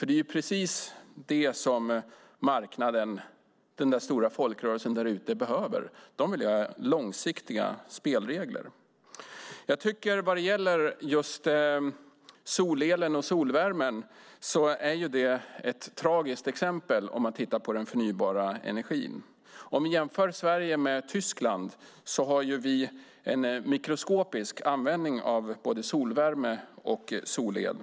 Det är precis det som marknaden, den stora folkrörelsen där ute, behöver. De vill ha långsiktiga spelregler. Just solelen och solvärmen är ett tragiskt exempel om man tittar på den förnybara energin. Om vi jämför Sverige med Tyskland har vi en mikroskopisk användning av både solvärme och solel.